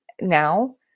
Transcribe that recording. now